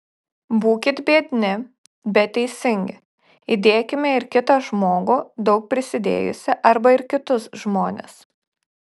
būkit biedni bet teisingi įdėkime ir kitą žmogų daug prisidėjusį arba ir kitus žmones